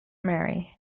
marry